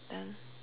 then